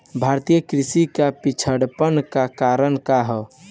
भारतीय कृषि क पिछड़ापन क कारण का ह?